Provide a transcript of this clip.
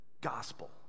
Gospel